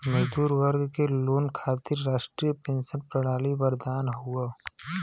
मजदूर वर्ग के लोग खातिर राष्ट्रीय पेंशन प्रणाली वरदान हौ